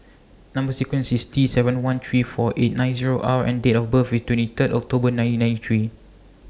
Number sequence IS T seven one three four eight nine Zero R and Date of birth IS twenty Third October nineteen ninety three